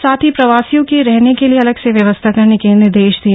साथ ही प्रवासियों के रहने की लिए अलग से व्यवस्था करने के निर्देश दिए